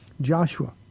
Joshua